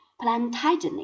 plantagenet